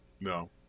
No